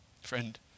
Friend